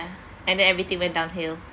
and everything went downhill